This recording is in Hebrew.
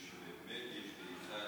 חדשנות.